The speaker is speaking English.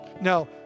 Now